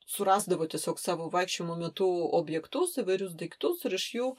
surasdavo tiesiog savo vaikščiojimo metu objektus įvairius daiktus ir iš jų